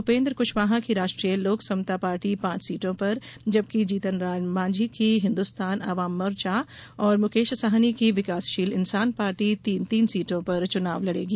उपेन्द्र कुशवाहा की राष्ट्रीय लोक समता पार्टी पांच सीटों पर जबकि जीतनराम मांझी की हिन्दुस्तान अवाम मोर्चा और मुकेश साहनी की विकासशील इंसान पार्टी तीन तीन सीटों पर चुनाव लड़ेंगी